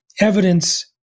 evidence